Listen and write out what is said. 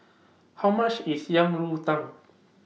How much IS Yang Rou Tang